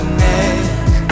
neck